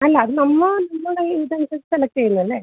അല്ല അത് നമ്മൾ നിങ്ങളെ ഇത് ഇത് സെലക്ട് ചെയ്യുന്നതല്ലേ